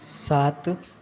सात